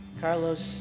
Carlos